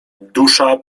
dusza